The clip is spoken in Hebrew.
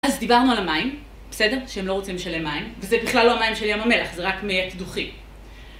אז דיברנו על המים, בסדר? שהם לא רוצים לשלם מים. וזה בכלל לא המים של ים המלח, זה רק מי הקידוחים.